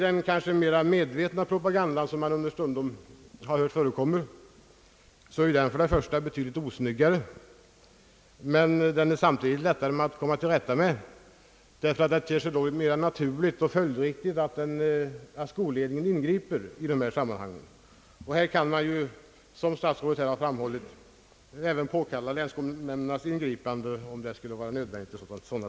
Den mer medvetna propaganda, som man understundom hör förekomma, är betydligt osnyggare, men den är samtidigt lättare att komma till rätta med, ty det ter sig mera naturligt och följdriktigt att skolledningen då ingriper. Här kan man ju, som statsrådet framhållit, även påkalla länsskolnämndernas ingripande, om så skulle visa sig nödvändigt.